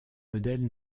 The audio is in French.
modèles